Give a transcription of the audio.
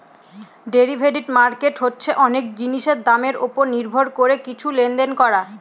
derivative market হচ্ছে অনেক জিনিসের দামের ওপর নির্ভর করে কিছু লেনদেন করা